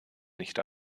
nicht